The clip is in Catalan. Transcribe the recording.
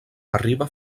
arriba